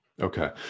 Okay